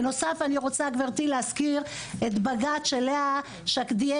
בנוסף אני רוצה גברתי להזכיר את בג"צ ש לאה שקדיאל,